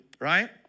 Right